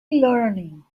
learning